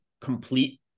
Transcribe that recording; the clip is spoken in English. complete